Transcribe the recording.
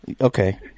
Okay